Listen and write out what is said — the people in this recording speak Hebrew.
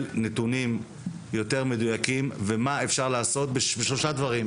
נתונים יותר מדויקים ומה אפשר לעשות בשלושה דברים.